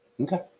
Okay